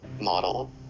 model